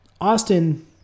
Austin